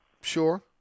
Sure